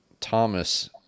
Thomas